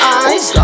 eyes